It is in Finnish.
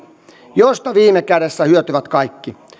josta viime kädessä hyötyvät kaikki